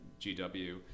GW